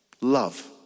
love